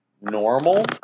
normal